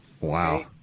Wow